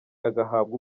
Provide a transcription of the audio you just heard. agahabwa